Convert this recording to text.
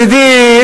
ידידי,